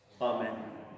Amen